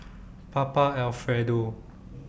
Papa Alfredo